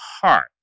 heart